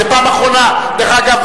זו פעם אחרונה, דרך אגב.